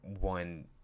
one